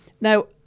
Now